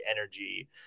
energy